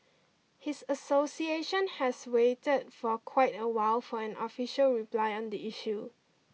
his association has waited for quite a while for an official reply on the issue